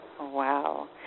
wow